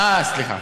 סליחה,